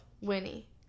Winnie